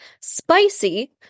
spicy